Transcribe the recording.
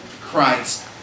Christ